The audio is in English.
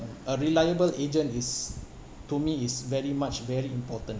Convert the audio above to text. a reliable agent is to me is very much very important